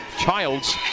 Childs